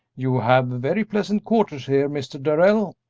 you have very pleasant quarters here, mr. darrell.